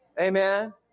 Amen